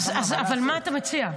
אז מה אתה מציע?